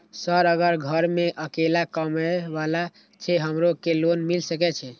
Sir अगर घर में अकेला कमबे वाला छे हमरो के लोन मिल सके छे?